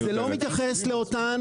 זה לא מתייחס לאותן,